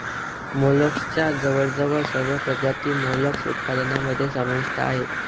मोलस्कच्या जवळजवळ सर्व प्रजाती मोलस्क उत्पादनामध्ये समाविष्ट आहेत